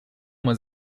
was